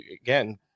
again